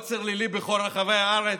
עוצר לילי בכל רחבי הארץ,